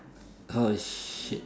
oh shit